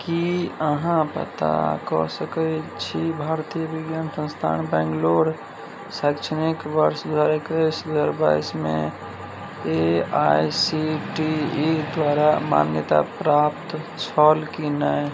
की अहाँ पता कऽ सकैत छी भारतीय विज्ञान संस्थान बैंगलोर शैक्षणिक वर्ष दू हजार एक्कैस दू हजार बाइसमे A I C T E द्वारा मान्यताप्राप्त छल की नहि